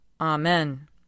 Amen